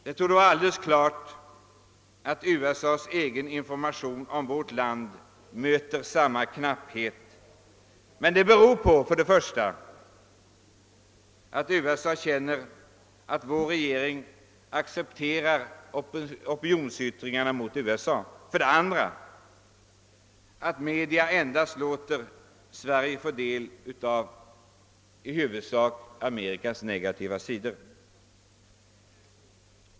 Det torde vara alldeles klart att USA:s egen information om vårt land präglas av samma knapphet, men det beror på för det första att man känner att vår regering accepterar opinionsyttringar mot USA, för det andra att massmedia låter Sverige få del endast av Amerikas negativa sidor.